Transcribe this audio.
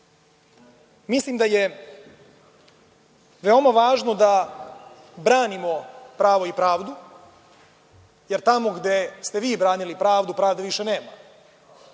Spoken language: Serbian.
Mislim da je veoma važno da branimo pravo i pravdu jer tamo gde ste vi branili pravdu pravde više nema.